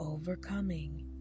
Overcoming